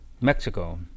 Mexico